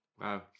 Wow